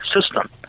system